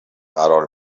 قرار